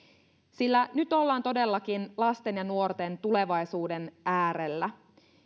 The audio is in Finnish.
sillä nyt ollaan todellakin lasten ja nuorten tulevaisuuden äärellä